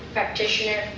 practitioner,